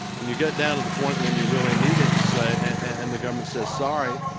and you get down to the point when you really need it and say and the government says, sorry,